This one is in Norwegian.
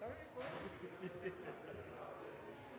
vi får